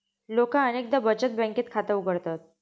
लोका अनेकदा बचत बँकेत खाता उघडतत